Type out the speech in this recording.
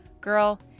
Girl